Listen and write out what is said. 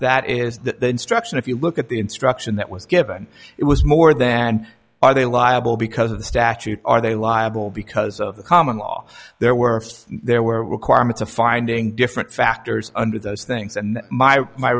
that is the instruction if you look at the instruction that was given it was more than are they liable because of the statute are they liable because of the common law there were st there were requirements of finding different factors under those things and